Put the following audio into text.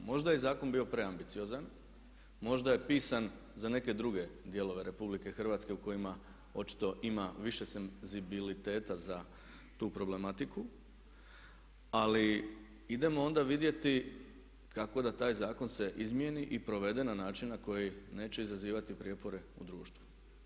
Možda je zakon bio preambiciozan, možda je pisan za neke druge dijelove RH u kojima očito ima više senzibiliteta za tu problematiku ali idemo onda vidjeti kako da taj zakon se izmijeni i provede na način na koji neće izazivati prijepore u društvu.